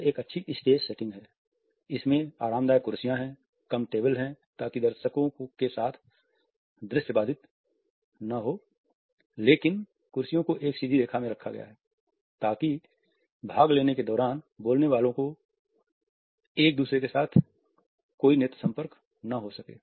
यह एक अच्छी स्टेज सेटिंग है इसमें आरामदायक कुर्सियां हैं कम टेबल हैं ताकि दर्शकों के साथ दृश्य बाधित न हो लेकिन कुर्सियों को एक सीधी रेखा में रखा गया है ताकि भाग लेने के दौरान बोलने वालों का एक दूसरे के साथ कोई नेत्र संपर्क न हो सके